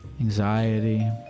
anxiety